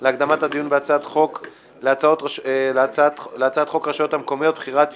הרווחה והבריאות להקדמת הדיון בהצעת חוק הביטוח הלאומי (תיקון מס'